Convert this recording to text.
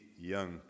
young